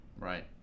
Right